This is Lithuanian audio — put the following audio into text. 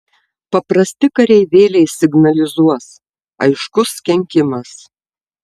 paprasti kareivėliai signalizuos aiškus kenkimas